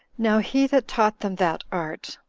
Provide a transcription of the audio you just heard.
now he that taught them that art,